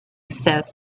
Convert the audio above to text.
says